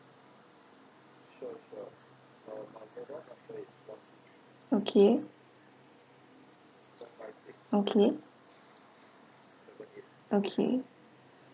okay okay okay